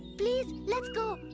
please lets go!